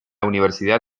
universidad